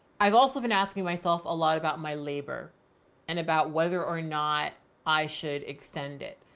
i've also been asking myself a lot about my labor and about whether or not i should extend it.